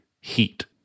heat